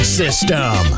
system